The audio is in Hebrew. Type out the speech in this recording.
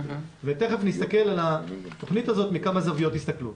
ותיכף נסתכל על התוכנית הזאת מכמה זוויות הסתכלות.